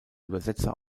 übersetzer